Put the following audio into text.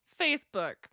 Facebook